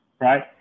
Right